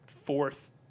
fourth